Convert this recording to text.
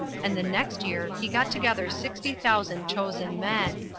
and the next year he got together sixty thousand chosen men.